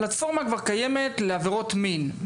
הפלטפורמה כבר קיימת לעבירות מין.